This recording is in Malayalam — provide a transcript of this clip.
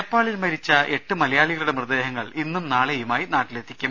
നേപ്പാളിൽ മരിച്ച എട്ട് മലയാളികളുടെ മൃതദേഹങ്ങൾ ഇന്നും നാളെയു മായി നാട്ടിലെത്തിക്കും